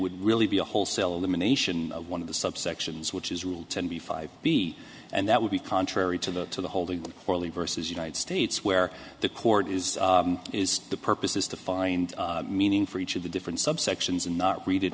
would really be a wholesale elimination of one of the subsections which is rule twenty five b and that would be contrary to the to the holding orally versus united states where the court is is the purpose is to find meaning for each of the different subsections and not read it